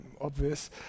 obvious